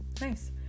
nice